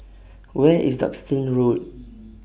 Where IS Duxton Road